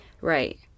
Right